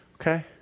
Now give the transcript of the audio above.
Okay